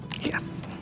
Yes